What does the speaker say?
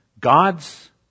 God's